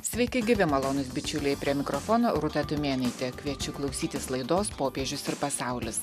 sveiki gyvi malonūs bičiuliai prie mikrofono rūta tumėnaitė kviečiu klausytis laidos popiežius ir pasaulis